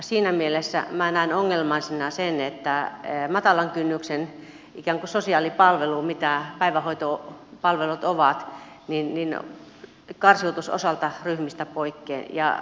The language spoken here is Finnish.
siinä mielessä minä näen ongelmaisena sen että matalan kynnyksen sosiaalipalvelu mitä päivähoitopalvelut ovat karsiutuisi osalta ryhmistä pois